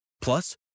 Plus